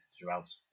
throughout